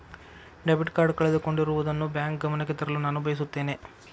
debit card ಕಳೆದುಕೊಂಡಿರುವುದನ್ನು bank ಗಮನಕ್ಕೆ ತರಲು ನಾನು ಬಯಸುತ್ತೇನೆ